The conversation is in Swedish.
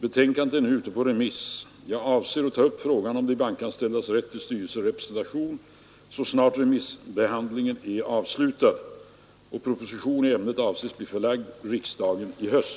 Betänkandet är nu ute på remiss. Jag avser att ta upp frågan om de bankanställdas rätt till styrelserepresentation så snart remissbehandlingen är avslutad. Proposition i ämnet avses bli förelagd riksdagen i höst.